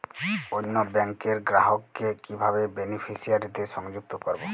অন্য ব্যাংক র গ্রাহক কে কিভাবে বেনিফিসিয়ারি তে সংযুক্ত করবো?